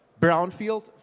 Brownfield